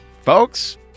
Folks